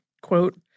Quote